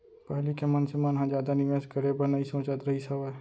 पहिली के मनसे मन ह जादा निवेस करे बर नइ सोचत रहिस हावय